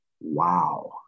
Wow